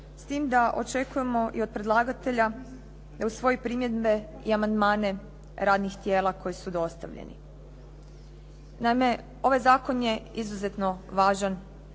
s tim da očekujemo i od predlagatelja da usvoji primjedbe i amandmane radnih tijela koji su dostavljeni. Naime, ovaj zakon je izuzetno važan